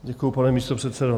Děkuju, pane místopředsedo.